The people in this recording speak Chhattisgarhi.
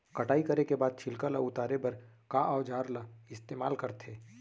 कटाई करे के बाद छिलका ल उतारे बर का औजार ल इस्तेमाल करथे?